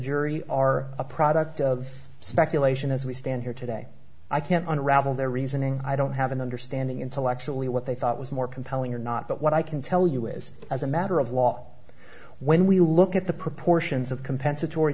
jury are a product of speculation as we stand here today i can't on ravel their reasoning i don't have an understanding intellectually what they thought was more compelling or not but what i can tell you is as a matter of law when we look at the proportions of compensatory